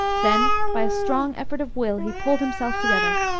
then, by a strong effort of will, he pulled himself together.